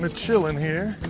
ah chilling here.